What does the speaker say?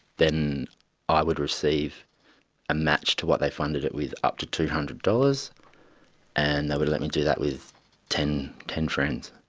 then i would receive a match to what they funded it with up to two hundred dollars and they would let me do that with ten ten friends.